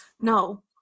No